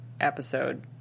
episode